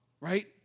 right